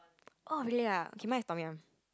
oh really ah okay mine is Tom-Yum